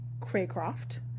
Craycroft